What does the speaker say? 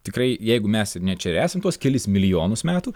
tikrai jeigu mes ir net čia ir esam tuos kelis milijonus metų